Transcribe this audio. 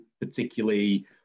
particularly